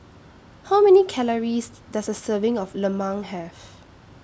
How Many Calories Does A Serving of Lemang Have